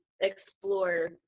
explore